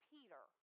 Peter